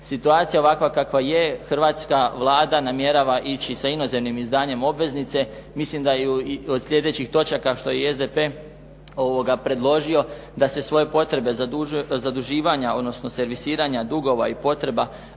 situacija ovakva kakva je, hrvatska Vlada namjerava ići sa inozemnim izdanjem obveznice. Mislim da ju i od sljedećih točaka što je i SDP predložio da se svoje potrebe zaduživanja, odnosno servisiranja dugova i potreba